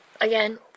again